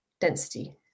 density